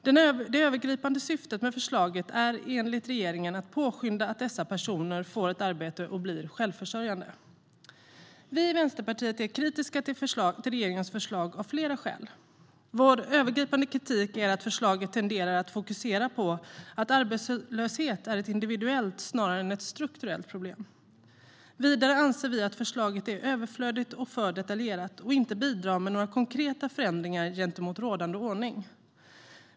Det övergripande syftet med förslaget är enligt regeringen att påskynda att dessa personer får ett arbete och blir självförsörjande. Vi i Vänsterpartiet är kritiska till regeringens förslag av flera skäl. Vår övergripande kritik är att förslaget tenderar att fokusera på att arbetslöshet är ett individuellt snarare än ett strukturellt problem. Vidare anser vi att förslaget är överflödigt och för detaljerat och inte bidrar med några konkreta förändringar gentemot rådande ordning.